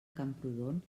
camprodon